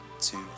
two